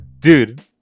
dude